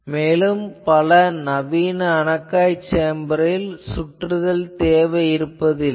மேலும் பல நவீன அனக்காய் சேம்பரில் நமக்கு சுற்றுதல் தேவை இல்லை